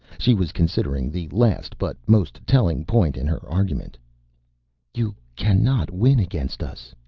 she was considering the last but most telling point in her argument you cannot win against us,